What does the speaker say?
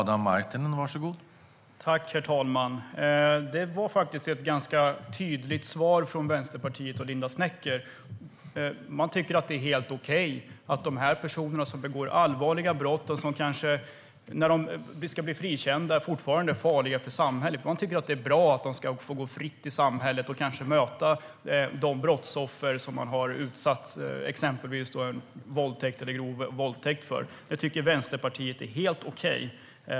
Herr talman! Det var faktiskt ett ganska tydligt svar från Vänsterpartiet och Linda Snecker. Man tycker att det är helt okej att de personer som begår allvarliga brott och som kanske fortfarande är farliga för samhället när de ska bli frikända ska få gå fritt i samhället och kanske möta de brottsoffer som de har utsatt exempelvis för våldtäkt eller grov våldtäkt. Det tycker Vänsterpartiet är helt okej.